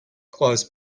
close